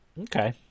Okay